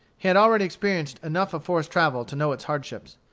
he had already experienced enough of forest travel to know its hardships.